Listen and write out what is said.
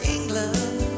England